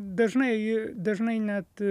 dažnai ji dažnai net